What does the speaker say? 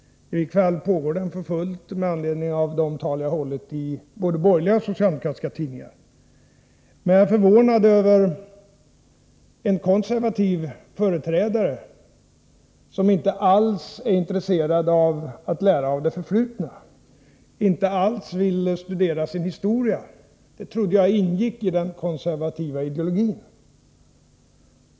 I kväll pågår den för fullt med anledning av tal som jag hållit och som återgivits i både borgerliga och socialdemokratiska tidningar. Jag är förvånad över att en konservativ företrädare inte alls är intresserad av att lära av det förflutna, inte alls vill studera sin historia. Det trodde jag ingick i den konservativa ideologin.